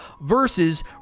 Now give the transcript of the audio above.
versus